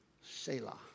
Selah